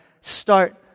start